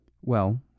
Well